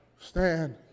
Stand